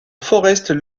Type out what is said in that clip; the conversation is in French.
forest